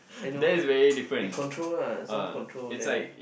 I know they control lah some control there